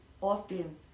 often